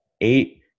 eight